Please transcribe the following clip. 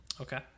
Okay